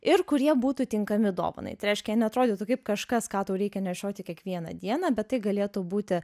ir kurie būtų tinkami dovanai tai reiškia neatrodytų kaip kažkas ką tau reikia nešioti kiekvieną dieną bet tai galėtų būti